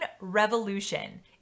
Revolution